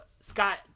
Scott